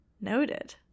Noted